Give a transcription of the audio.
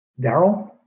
Daryl